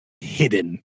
hidden